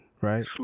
right